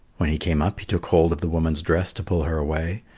when he came up, he took hold of the woman's dress to pull her away,